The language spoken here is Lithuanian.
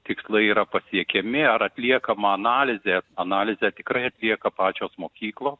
tikslai yra pasiekiami ar atliekama analizė analizę tikrai atlieka pačios mokyklos